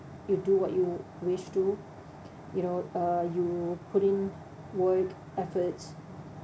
you do what you would wish to do you know uh you putting work efforts